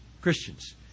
Christians